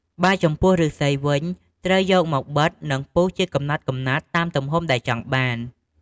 បើចំពោះ ឫស្សីវិញត្រូវយកមកបិត និងពុះជាកំណាត់ៗតាមទំហំដែលចង់បាន។